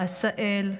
עשהאל,